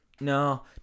No